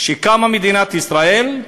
כשקמה מדינת ישראל,